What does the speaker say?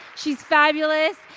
she's fabulous.